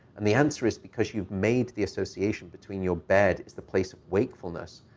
and the answer is because you've made the association between your bed is the place of wakefulness,